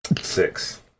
Six